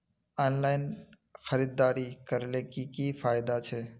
Online खरीदारी करले की की फायदा छे?